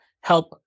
help